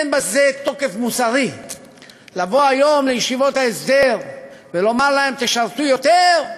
אין לזה תוקף מוסרי לבוא היום לישיבות ההסדר ולומר להם: תשרתו יותר,